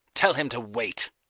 tell him to wait.